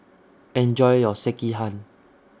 Enjoy your Sekihan